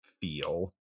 feel